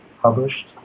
published